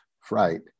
Fright